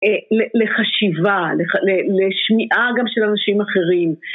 לחשיבה, לשמיעה גם של אנשים אחרים.